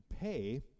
pay